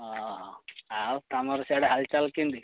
ହଁ ଆଉ ତମର ସିଆଡ଼େ ହାଲ୍ଚାଲ୍ କେମିତି